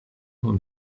und